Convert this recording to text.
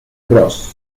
bros